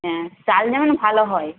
হ্যাঁ চাল যেন ভালো হয়